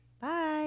Bye